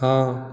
हँ